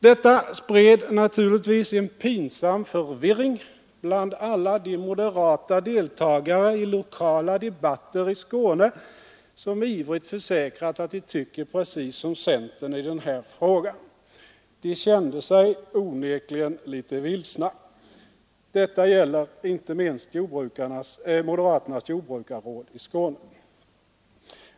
Detta spred naturligtvis en pinsam förvirring bland alla de moderata deltagarna i lokala debatter i Skåne som ivrigt försäkrat att de tycker precis som centern i den här frågan. De kände sig onekligen litet vilsna; detta gällde inte minst moderaternas jordbrukarråd i Skåne.